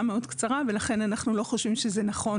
מאוד קצרה ולכן אנחנו לא חושבים שזה נכון.